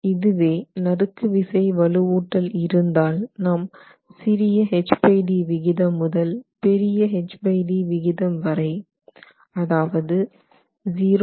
இதுவே நறுக்கு விசை வலுவூட்டல் இருந்தால் நாம் சிறிய hd விகிதம் முதல் பெரிய hd விகிதம் வரை அதாவது 0